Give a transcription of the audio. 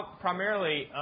primarily